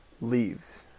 leaves